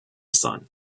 sun